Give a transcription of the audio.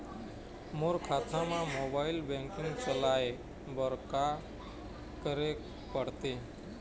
मोर खाता मा mobile banking चलाए बर का करेक पड़ही?